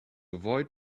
avoid